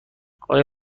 آیا